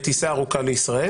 בטיסה ארוכה לישראל